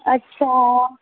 আচ্ছা